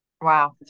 Wow